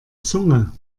zunge